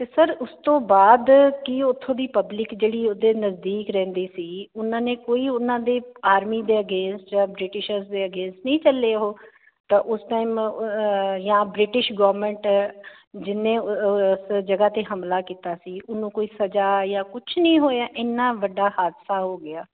sir ਉਸ ਤੋਂ ਬਾਅਦ ਕੀ ਉਥੋਂ ਦੀ ਪਬਲਿਕ ਜਿਹੜੀ ਉਹਦੇ ਨਜ਼ਦੀਕ ਰਹਿੰਦੀ ਸੀ ਉਹਨਾਂ ਨੇ ਕੋਈ ਉਹਨਾਂ ਦੇ ਆਰਮੀ ਦੇ ਅਗੇਂਸਟ ਜਾਂ ਬ੍ਰਿਟਿਸ਼ਰ ਦੇ ਅਗੇਂਸਟ ਨਹੀਂ ਚੱਲੇ ਉਹ ਤਾਂ ਉਸ ਟਾਈਮ ਜਾਂ ਬ੍ਰਿਟਿਸ਼ ਗਵਰਮੈਂਟ ਜਿੰਨੇ ਉਸ ਜਗਾ ਤੇ ਹਮਲਾ ਕੀਤਾ ਸੀ ਉਹਨੂੰ ਕੋਈ ਸਜ਼ਾ ਜਾਂ ਕੁਛ ਨੀ ਹੋਇਆ ਇੰਨਾ ਵੱਡਾ ਹਾਦਸਾ ਹੋ ਗਿਆ